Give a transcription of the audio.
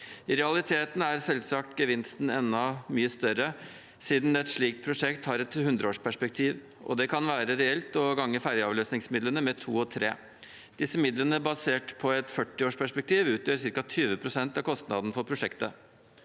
I realiteten er selvsagt gevinsten enda mye større, siden et slikt prosjekt har et hundreårsperspektiv, og det kan være reelt å gange ferjeavløsningsmidlene med to og tre. Disse midlene basert på et 40-årsperspektiv utgjør ca. 20 pst. av kostnadene for prosjektet.